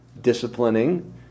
disciplining